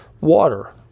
water